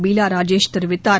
பீலா ராஜேஷ் தெரிவித்தார்